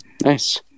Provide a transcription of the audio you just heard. nice